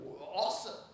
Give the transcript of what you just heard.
Awesome